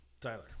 Tyler